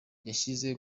yashyize